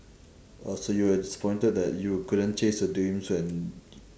oh so you were disappointed that you couldn't chase the dreams and